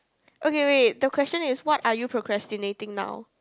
okay wait the question is what are you procrastinating now